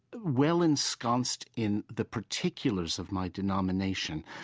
well ensconced in the particulars of my denomination,